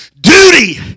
duty